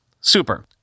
Super